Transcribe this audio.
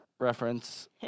reference